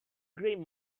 green